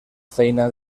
feina